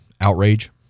outrage